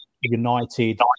United